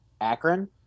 Akron